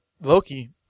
Loki